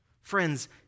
Friends